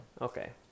okay